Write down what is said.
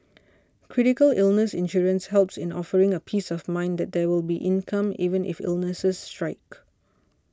critical illness insurance helps in offering a peace of mind that there will be income even if illnesses strike